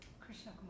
Krishna